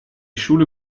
schule